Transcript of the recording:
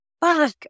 fuck